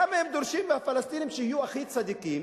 למה הם דורשים מהפלסטינים שיהיו הכי צדיקים